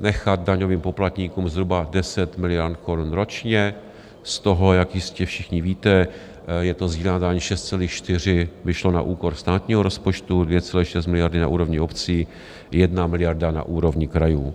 nechat daňovým poplatníkům zhruba 10 miliard korun ročně, z toho, jak jistě všichni víte, je to sdílená daň, 6,4 by šlo na úkor státního rozpočtu, 2,6 miliardy na úrovni obcí, 1 miliarda na úrovni krajů.